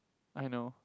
I know